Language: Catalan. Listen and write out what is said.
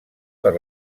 per